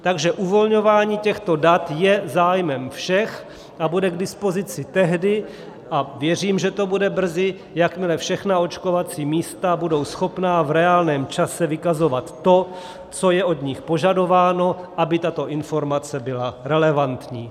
Takže uvolňování těchto dat je zájmem všech a bude k dispozici tehdy, a věřím, že to bude brzy, jakmile všechna očkovací místa budou schopna v reálném čase vykazovat to, co je od nich požadováno, aby tato informace byla relevantní.